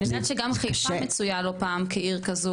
אני יודעת שגם חיפה מצויה לא פעם כעיר כזאת,